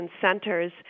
centers